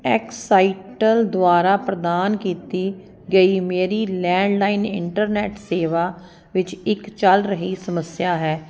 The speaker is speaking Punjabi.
ਐਕਸਾਈਟਲ ਦੁਆਰਾ ਪ੍ਰਦਾਨ ਕੀਤੀ ਗਈ ਮੇਰੀ ਲੈਂਡਲਾਈਨ ਇੰਟਰਨੈਟ ਸੇਵਾ ਵਿੱਚ ਇੱਕ ਚੱਲ ਰਹੀ ਸਮੱਸਿਆ ਹੈ